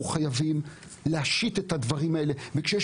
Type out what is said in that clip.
אנחנו חייבים להשית את הדברים האלה וכשיש